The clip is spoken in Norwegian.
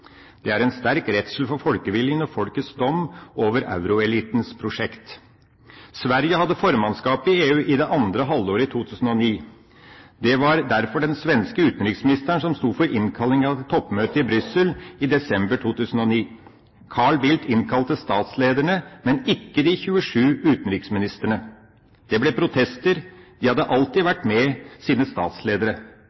Det er en sterk redsel for folkeviljen og folkets dom over euroelitens prosjekt. Sverige hadde formannskapet i EU i det andre halvåret i 2009. Det var derfor den svenske utenriksministeren som sto for innkallingen til toppmøtet i Brussel i desember 2009. Carl Bildt innkalte statslederne, men ikke de 27 utenriksministrene. Det ble protester. De hadde alltid